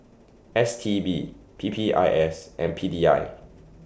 S T B P P I S and P D I